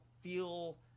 feel